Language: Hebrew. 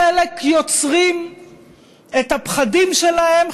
חלק יוצרים את הפחדים שלהם,